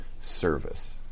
service